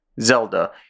zelda